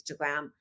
Instagram